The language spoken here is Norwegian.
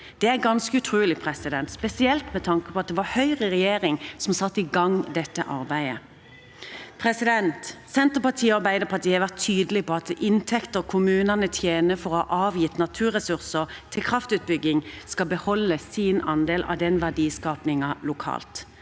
Det er ganske utrolig, spesielt med tanke på at det var Høyre i regjering som satte i gang dette arbeidet. Senterpartiet og Arbeiderpartiet har vært tydelige på at når det gjelder inntekter kommunene har fra å ha avgitt naturressurser til kraftutbygging, skal kommunene beholde sin andel av den verdiskapingen lokalt.